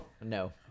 No